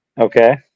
Okay